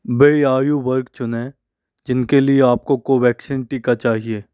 वे आयु वर्ग चुनें जिनके लिए आपको कोवैक्सीन टीका चाहिए